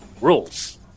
Rules